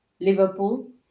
liverpool